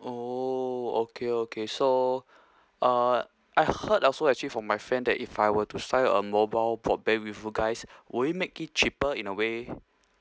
oh okay okay so uh I heard also actually from my friend that if I were to sign a mobile broadband with you guys will it make it cheaper in a way